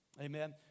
Amen